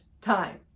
time